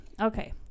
Okay